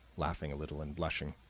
laughing a little and blushing.